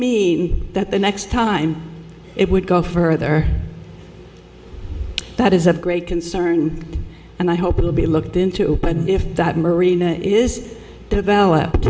mean that the next time it would go further that is of great concern and i hope it will be looked into but if that marina is developed